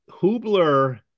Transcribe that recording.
Hubler